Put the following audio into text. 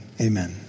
Amen